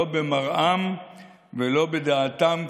לא במראם ולא בדעתם,